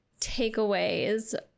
takeaways